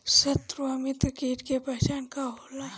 सत्रु व मित्र कीट के पहचान का होला?